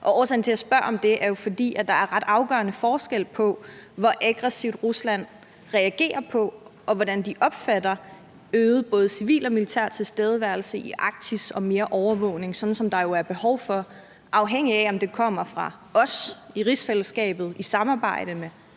årsagen til, at jeg spørger om det, er jo, at der er ret afgørende forskel på, hvor aggressivt Rusland reagerer på, og hvordan de opfatter øget både civil og militær tilstedeværelse i Arktis og mere overvågning, sådan som der jo er behov for, afhængigt af om det kommer fra os i rigsfællesskabet i et samarbejde mellem